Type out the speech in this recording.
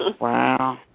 Wow